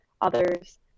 others